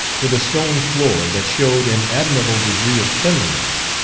with a stone floor that showed an admirable degree of cleanness.